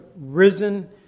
risen